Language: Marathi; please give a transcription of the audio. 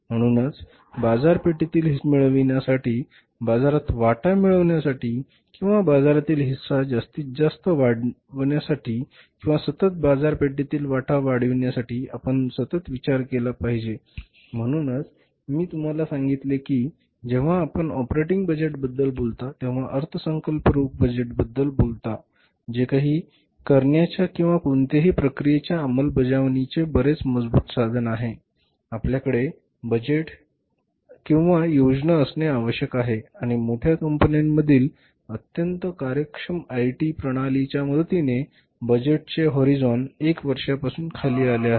म्हणूनच बाजारपेठेतील हिस्सा परत मिळविण्यासाठी बाजारात वाटा मिळवण्यासाठी किंवा बाजारातील हिस्सा जास्तीत जास्त वाढवण्यासाठी किंवा सतत बाजारपेठेतील वाटा वाढवण्यासाठी आपण सतत विचार केला पाहिजे म्हणूनच मी तुम्हाला सांगितले की जेव्हा आपण ऑपरेटिंग बजेटबद्दल बोलता तेव्हा अर्थसंकल्प रोख बजेट बद्दल बोलता जे काही करण्याच्या किंवा कोणत्याही प्रक्रियेच्या अंमलबजावणीचे बरेच मजबूत साधन आहे आपल्याकडे बजेट किंवा योजना असणे आवश्यक आहे आणि मोठ्या कंपन्यांमधील अत्यंत कार्यक्षम आयटी प्रणालींच्या मदतीने बजेटचे हॉरीझॉन 1 वर्षापासून खाली आले आहेत